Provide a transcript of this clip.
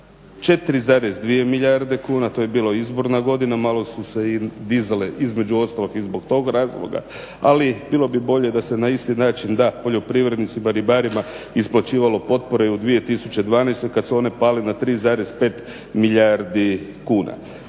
4,2 milijarde kuna to je bila izborna godina, malo su se dizale između ostalog i zbog tog razloga ali bilo bi bolje da se na isti način da poljoprivrednicima, ribarima isplaćivalo potpore i u 2012.kada su one pale na 3,5 milijardi kuna.